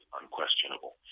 unquestionable